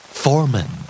foreman